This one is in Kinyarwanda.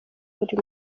buri